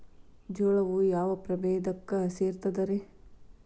ಜೋಳವು ಯಾವ ಪ್ರಭೇದಕ್ಕ ಸೇರ್ತದ ರೇ?